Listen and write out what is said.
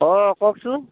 অ' কওকচোন